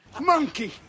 Monkey